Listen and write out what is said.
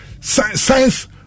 science